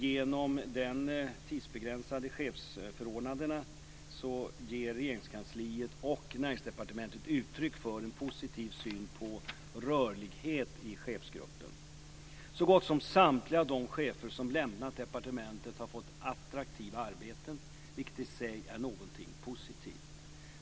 Genom de tidsbegränsade chefsförordnandena ger Regeringskansliet och Näringsdepartementet uttryck för en positiv syn på rörlighet i chefsgruppen. Så gott som samtliga av de chefer som lämnat departementet har fått attraktiva arbeten, vilket i sig är någonting positivt.